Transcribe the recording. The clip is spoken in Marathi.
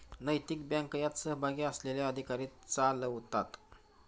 नैतिक बँक यात सहभागी असलेले अधिकारी चालवतात